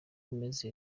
bimeze